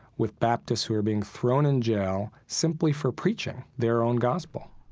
with baptists, who were being thrown in jail simply for preaching their own gospel